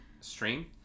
stream